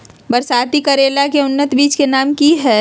बरसाती करेला के उन्नत बिज के नाम की हैय?